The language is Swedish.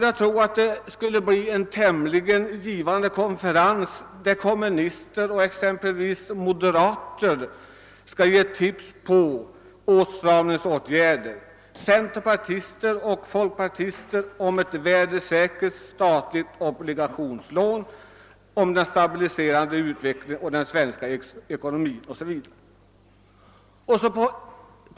Jag tror det skulle bli en tämligen givande konferens där kommunister och moderater skulle ge tips om åtstramningsåtgärder och där centerpartister och folkpartister begär ett värdesäkert obligationslån och talar om hur den svenka ekonomin skall stabiliseras.